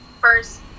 first